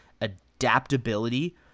adaptability